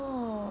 oh